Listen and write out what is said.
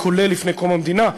כולל לפני קום המדינה,